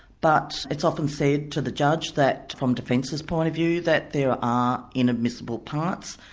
but it's often said to the judge that from defence's point of view, that there are inadmissible parts.